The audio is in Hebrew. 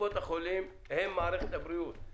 קופות החולים הן מערכת הבריאות.